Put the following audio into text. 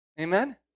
Amen